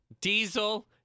Diesel